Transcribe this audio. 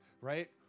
right